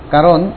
Karon